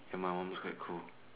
your mom was quite cool